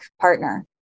partner